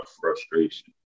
frustration